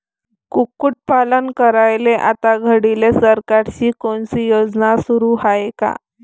कुक्कुटपालन करायले आता घडीले सरकारची कोनची योजना सुरू हाये का?